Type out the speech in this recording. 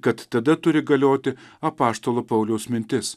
kad tada turi galioti apaštalo pauliaus mintis